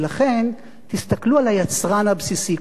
ולכן תסתכלו על היצרן הבסיסי,